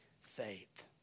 faith